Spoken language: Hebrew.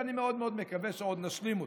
ואני מאוד מקווה שעוד נשלים אותו.